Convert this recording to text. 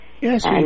Yes